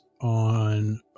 on